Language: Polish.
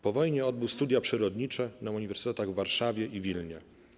Po wojnie odbył studia przyrodnicze na uniwersytetach w Warszawie i Wilnie.